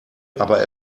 aber